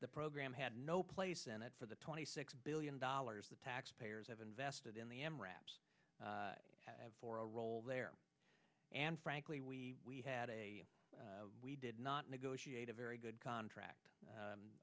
the program had no place in it for the twenty six billion dollars the taxpayers have invested in the m raps for a role there and frankly we had a we did not negotiate a very good contract